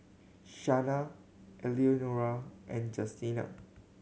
Shana Eleanora and Justina